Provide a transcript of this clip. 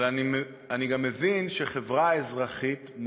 אבל אני גם מבין שחברה אזרחית,